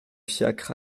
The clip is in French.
fiacre